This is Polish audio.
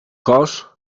kosz